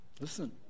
Listen